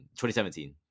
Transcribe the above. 2017